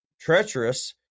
treacherous